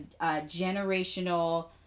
generational